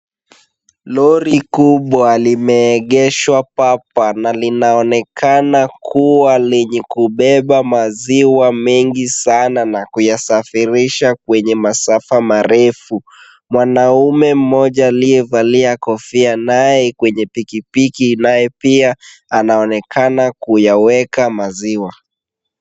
Lori kubwa limeegeshwa papa na linaonekana kuwa lenye kubeba maziwa mengi sana na kuyasafirisha kwenye masafa marefu. Mwanaume mmoja aliyevalia kofia naye kwenye pikipiki naye pia anaonekana kuyaweka maziwa.